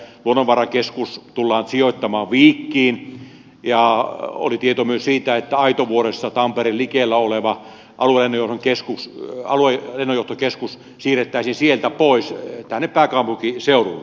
luonnonvarakeskus tullaan sijoittamaan viikkiin ja oli tieto myös siitä että aitovuoressa tampereen likellä oleva aluelennonjohtokeskus siirrettäisiin sieltä pois tänne pääkaupunkiseudulle